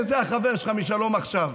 וזה החבר שלך משלום עכשיו.